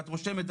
ואת רושמת,